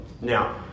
Now